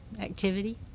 activity